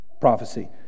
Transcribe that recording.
prophecy